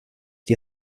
die